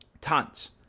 tons